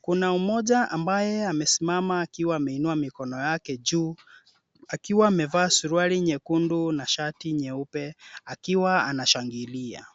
Kuna mmoja ambaye amesimama akiwa ameinua mikono yake juu akiwa amevaa suruali nyekundu na shati nyeupe akiwa anashangilia.